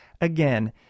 Again